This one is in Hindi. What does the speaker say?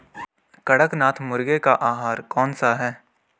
कड़कनाथ मुर्गे का आहार कौन सा है?